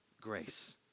grace